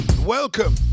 Welcome